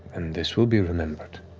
this will be remembered.